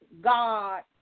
God